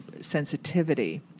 sensitivity